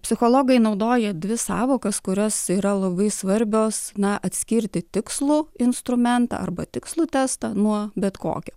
psichologai naudoja dvi sąvokas kurios yra labai svarbios na atskirti tikslų instrumentą arba tikslų testą nuo bet kokio